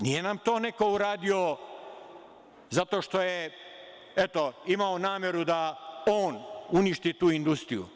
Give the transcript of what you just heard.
Nije nam to neko uradio zato što je, eto, imao nameru da on uništi tu industriju.